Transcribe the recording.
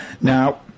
Now